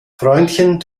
freundchen